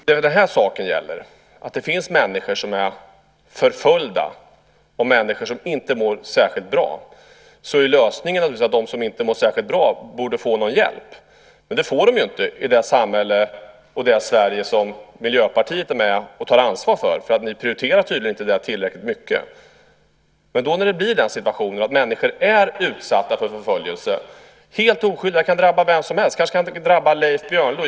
Vad denna sak gäller är att om det finns människor som är förföljda och människor som inte mår särskilt bra så är naturligtvis lösningen att de som inte mår särskilt bra borde få någon hjälp, men det får de ju inte i det samhälle och det Sverige som Miljöpartiet är med och tar ansvar för. Ni prioriterar tydligen inte det tillräckligt mycket. Den situationen kan då uppstå att helt oskyldiga människor blir utsatta för förföljelse. Det kan drabba vemsomhelst. Det kanske kan drabba Leif Björnlod.